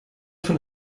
von